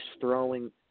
throwing